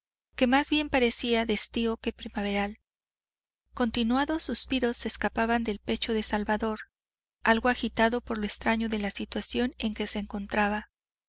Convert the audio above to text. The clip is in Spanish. que más bien parecía de estío que primaveral continuados suspiros se escapaban del pecho de salvador algo agitado por lo extraño de la situación en que se encontraba